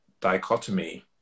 dichotomy